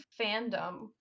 fandom